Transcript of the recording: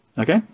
Okay